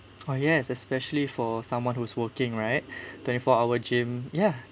oh yes especially for someone who's working right twenty four hour gym ya